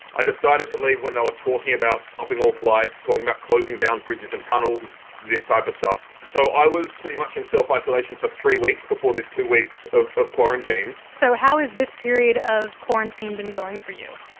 i decided to leave when they were talking about stopping all flights, talking about closing down bridges and tunnels and this type of stuff. so i was pretty much in self-isolation for three weeks before this two weeks of ah quarantine. so how has this period of quarantine been going for you?